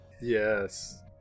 Yes